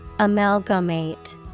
Amalgamate